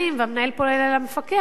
והמנהל פונה למפקח ואומר,